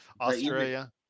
Australia